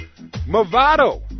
Movado